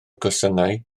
cwestiynau